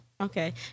Okay